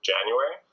January